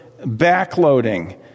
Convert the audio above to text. backloading